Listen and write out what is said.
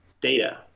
data